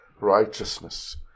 righteousness